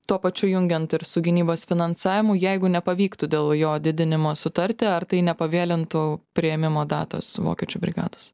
tuo pačiu jungiant ir su gynybos finansavimu jeigu nepavyktų dėl jo didinimo sutarti ar tai nepavėlintų priėmimo datos vokiečių brigados